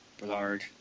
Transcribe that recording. Blard